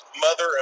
mother